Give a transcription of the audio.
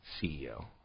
CEO